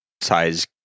size